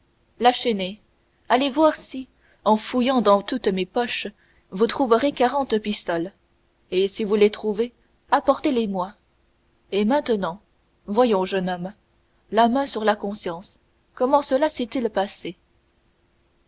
la chesnaye allez voir si en fouillant dans toutes mes poches vous trouverez quarante pistoles et si vous les trouvez apportez les moi et maintenant voyons jeune homme la main sur la conscience comment cela s'est-il passé